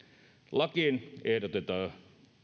lakiin ehdotetaan